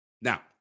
Now